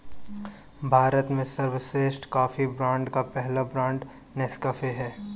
भारत में सर्वश्रेष्ठ कॉफी ब्रांडों का पहला ब्रांड नेस्काफे है